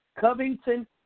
Covington